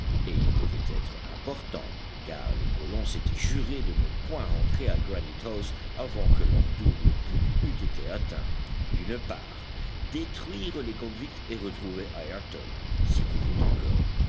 et ils devaient être importants car les colons s'étaient jurés de ne point rentrer à granite house avant que leur double but eût été atteint d'une part détruire les convicts et retrouver ayrton s'il vivait encore